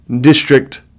District